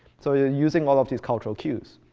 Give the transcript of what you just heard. so they're using all of these cultural cues.